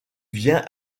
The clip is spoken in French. vient